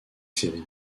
séries